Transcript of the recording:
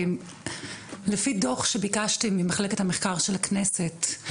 לפי דוח שביקשתי ממחלקת המחקר של הכנסת,